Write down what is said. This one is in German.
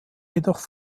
jedoch